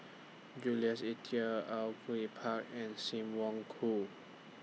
Jules Itier Au Yue Pak and SIM Wong Hoo